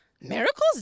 Miracles